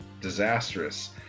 disastrous